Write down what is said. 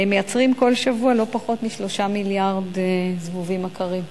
מייצרים כל שבוע לא פחות מ-3 מיליארד זבובים עקרים.